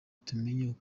tumenye